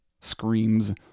screams